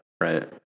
right